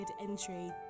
Entry